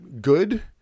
good